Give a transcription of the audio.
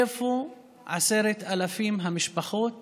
איפה 10,000 המשפחות